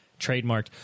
trademarked